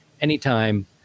anytime